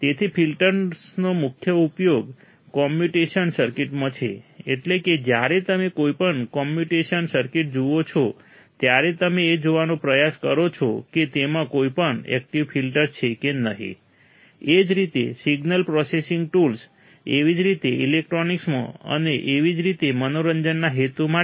તેથી ફિલ્ટર્સનો મુખ્ય ઉપયોગ કમ્યુનિકેશન સર્કિટમાં છે એટલે કે જ્યારે તમે કોઈપણ કોમ્યુનિકેશન સર્કિટ જુઓ છો ત્યારે તમે એ જોવાનો પ્રયાસ કરો છો કે તેમાં કેટલાક એકટીવ ફિલ્ટર્સ છે કે નહીં એ જ રીતે સિગ્નલ પ્રોસેસિંગ ટૂલ્સ એવી જ રીતે ઇલેક્ટ્રોનિક્સમાં અને એવી જ રીતે મનોરંજનના હેતુ માટે